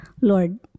Lord